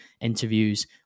interviews